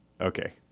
Okay